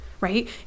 right